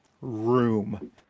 room